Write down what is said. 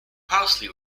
parsley